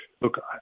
look